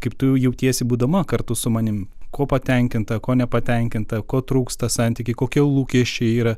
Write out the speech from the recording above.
kaip tu jautiesi būdama kartu su manim kuo patenkinta ko nepatenkinta ko trūksta santyky kokie lūkesčiai yra